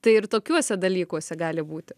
tai ir tokiuose dalykuose gali būti